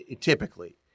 Typically